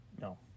No